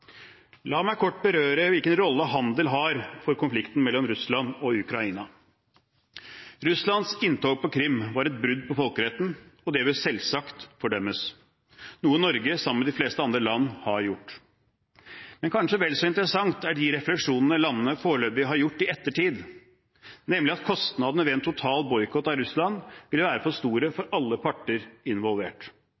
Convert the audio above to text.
La meg kort berøre hvilken rolle handel har for konflikten mellom Russland og Ukraina. Russlands inntog på Krim var et brudd på folkeretten, og det bør selvsagt fordømmes, noe Norge sammen med de fleste andre land har gjort. Men kanskje vel så interessant er de refleksjonene landene foreløpig har gjort i ettertid, nemlig at kostnadene ved en total boikott av Russland vil være for store for